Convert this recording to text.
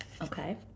Okay